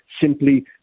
simply